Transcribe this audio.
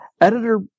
Editor